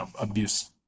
abuse